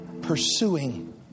pursuing